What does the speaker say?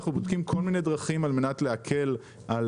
אנחנו בודקים כל מיני דרכים להקל על